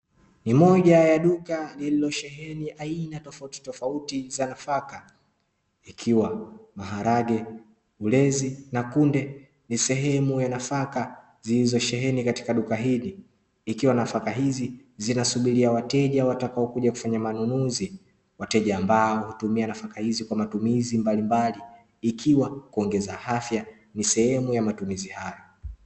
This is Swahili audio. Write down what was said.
Ni moja ya duka lililosheheni aina tofauti tofauti za nafaka ikiwa maharage, ulezi na kunde ni sehemu ya nafaka zilizosheheni katika duka hili ikiwa nafaka hizi zinasubiria wateja watakaokuja kufanya manunuzi, ambao hutumia nafaka hizi kwa matumizi mbalimbali, ikiwa kuongeza afya ni sehemu ya matumizi ya nafaka hizi.